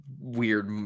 weird